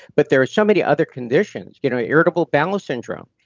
but there are so many other conditions, you know irritable bowel syndrome.